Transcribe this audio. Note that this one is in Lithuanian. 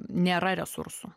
nėra resursų